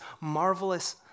marvelous